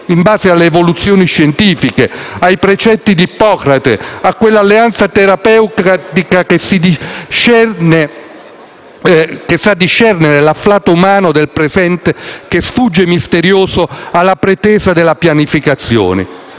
in base alle evoluzioni scientifiche, ai precetti di Ippocrate e a quell'alleanza terapeutica che sa discernere l'afflato umano del presente che sfugge misterioso alla pretesa della pianificazione,